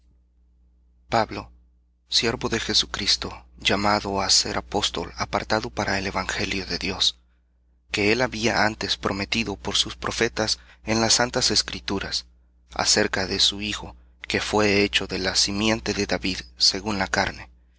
pablo siervo de jesucristo llamado apóstol apartado para el evangelio de dios que él había antes prometido por sus profetas en las santas escrituras acerca de su hijo que fué hecho de la